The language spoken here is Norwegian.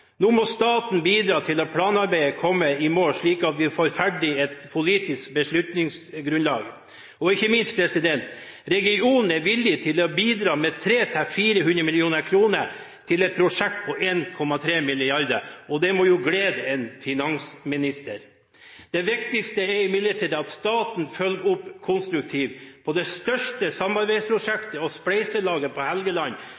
Nå må staten bidra til at planarbeidet kommer i mål, slik at vi får ferdig et politisk beslutningsgrunnlag. Og ikke minst, regionen er villig til å bidra med 300–400 mill. kr i et prosjekt på 1,2 mrd. kr. Det må jo glede en finansminister. Det viktigste er imidlertid at staten følger opp konstruktivt på det største